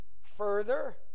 further